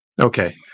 Okay